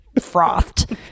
frothed